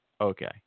okay